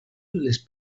les